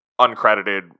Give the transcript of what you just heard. uncredited